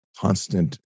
constant